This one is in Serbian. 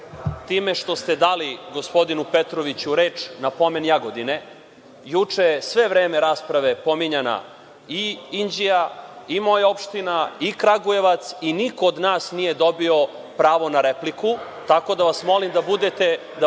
time što ste dali gospodinu Petroviću reč na pomen Jagodine. Juče je sve vreme rasprave pominjana i Inđija i moja opština i Kragujevac i niko od nas nije dobio pravo na repliku, tako da vas molim da budete